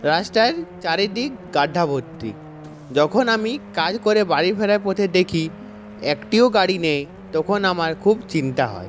রাস্তার চারিদিক গাড্ডা ভর্তি যখন আমি কাজ করে বাড়ি ফেরার পথে দেখি একটিও গাড়ি নেই তখন আমার খুব চিন্তা হয়